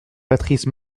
patrice